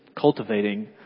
cultivating